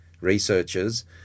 researchers